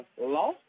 law